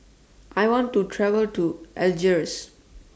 I want to travel to Algiers